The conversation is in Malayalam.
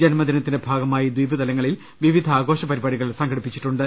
ജന്മദിനത്തിന്റെ ഭാഗമായി ദ്ധീപ് തലങ്ങളിൽ വിവിധ ആഘോഷപരിപാടികൾ സംഘടിപ്പിച്ചിട്ടുണ്ട്